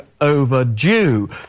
overdue